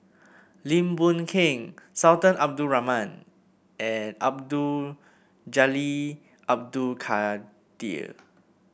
Lim Boon Keng Sultan Abdul Rahman and Abdul Jalil Abdul Kadir